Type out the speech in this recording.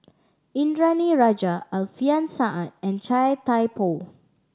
Indranee Rajah Alfian Sa'at and Chia Thye Poh